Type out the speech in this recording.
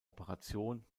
operation